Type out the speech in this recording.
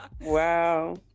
wow